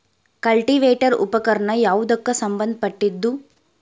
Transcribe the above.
Cultivator ಉಪಕರಣ ಯಾವದಕ್ಕ ಸಂಬಂಧ ಪಟ್ಟಿದ್ದು?